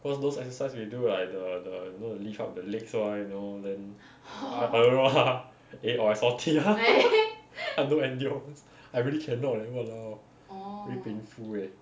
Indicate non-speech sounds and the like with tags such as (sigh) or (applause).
cause those exercise we do like the the you know the lift up the legs [one] you know then I I don't know ah eh or I salty lah (laughs) I don't endure I really cannot leh !walao! very painful eh